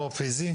לא נמצאת איתנו.